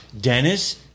Dennis